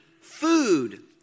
food